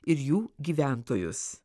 ir jų gyventojus